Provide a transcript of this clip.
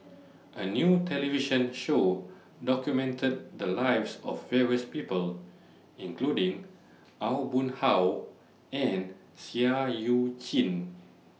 A New television Show documented The Lives of various People including Aw Boon Haw and Seah EU Chin